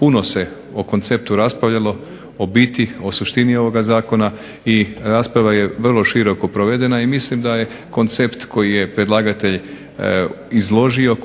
Puno se o konceptu raspravljalo, o biti, o suštini ovoga Zakona i rasprava je vrlo široko provedena i mislim da je koncept koji je predlagatelj izložio,